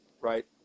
right